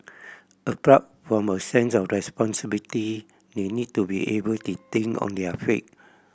apart from a sense of responsibility they need to be able to think on their feet